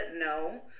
No